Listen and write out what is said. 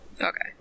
Okay